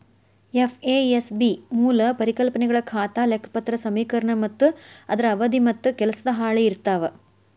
FASB ಮೂಲ ಪರಿಕಲ್ಪನೆಗಳ ಖಾತಾ ಲೆಕ್ಪತ್ರ ಸಮೇಕರಣ ಮತ್ತ ಅದರ ಅವಧಿ ಮತ್ತ ಕೆಲಸದ ಹಾಳಿ ಇರ್ತಾವ